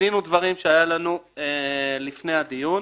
בדין ודברים שהיו לנו לפני הדיון,